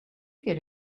get